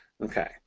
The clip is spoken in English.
Okay